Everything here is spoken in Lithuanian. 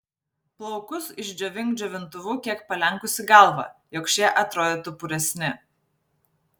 plaukus išdžiovink džiovintuvu kiek palenkusi galvą jog šie atrodytų puresni